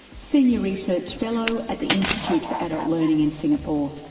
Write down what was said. senior research fellow at the institute for adult learning in singapore.